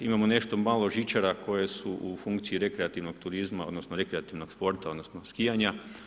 Imamo nešto malo žičara koje su u funkciji rekreativnog turizma, odnosno rekreativnog sporta, odnosno skijanja.